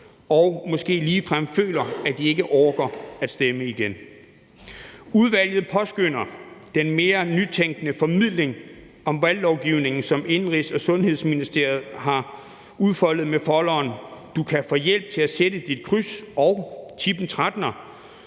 og måske ligefrem føler, at de ikke orker at stemme igen. Udvalget påskønner den mere nytænkende formidling om valglovgivningen, som Indenrigs- og Sundhedsministeriet har udfoldet med folderen »Du kan få hjælp til at sætte dit X« og »Tip en 13'er«,